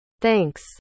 Thanks